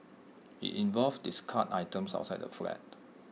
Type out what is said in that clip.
IT involved discarded items outside the flat